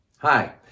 Hi